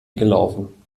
gelaufen